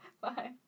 Bye